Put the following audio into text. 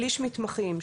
שליש מתמחים,